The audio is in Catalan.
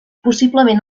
possiblement